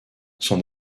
son